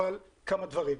אבל כמה דברים.